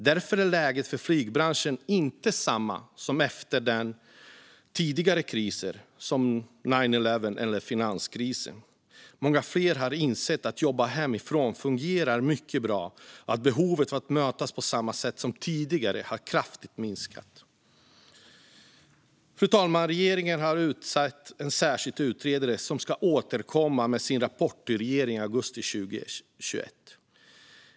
Därför är läget för flygbranschen inte detsamma som efter tidigare kriser, som "nine eleven" eller finanskrisen. Många fler har insett att det fungerar mycket bra att jobba hemifrån, och behovet av att mötas på samma sätt som tidigare har minskat kraftigt. Fru talman! Regeringen har utsett en särskild utredare som ska återkomma med sin rapport till regeringen i augusti 2021.